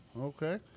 Okay